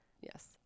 Yes